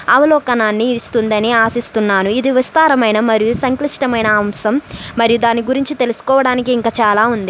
అవలోకనాన్ని ఇస్తుందని ఆశిస్తున్నాను ఇది విస్తారమైన మరియు సంక్లిష్టమైన అంశం మరియు దాని గురించి తెలుసుకోవడానికి ఇంకా చాలా ఉంది